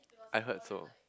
I heard so